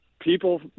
People